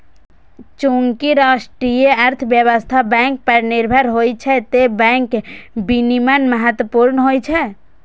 चूंकि राष्ट्रीय अर्थव्यवस्था बैंक पर निर्भर होइ छै, तें बैंक विनियमन महत्वपूर्ण होइ छै